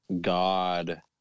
God